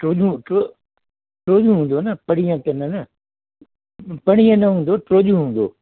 टियों ॾींहं टियों ॾींहं हूंदो न परींह थींदो न परींह न हूंदो टियों ॾींहं हूंदो